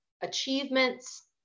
achievements